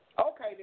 Okay